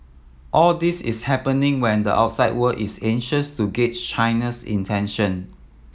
all this is happening when the outside world is anxious to gauge China's intention